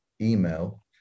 email